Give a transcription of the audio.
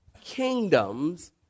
kingdoms